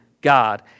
God